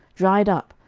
dried up,